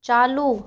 चालू